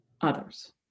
others